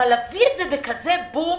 אבל להביא את זה בכזה בום?